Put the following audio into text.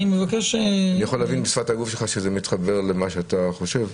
אני יכול להבין משפת הגוף שלך שזה מתחבר למה שאתה חושב?